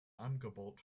angebot